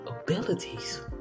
abilities